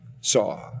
saw